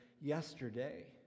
yesterday